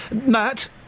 Matt